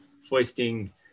foisting